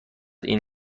این